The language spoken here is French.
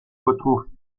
retrouvent